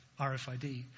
RFID